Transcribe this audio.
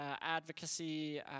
advocacy